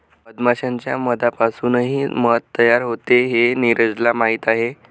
मधमाश्यांच्या मधापासूनही मध तयार होते हे नीरजला माहीत आहे